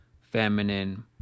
feminine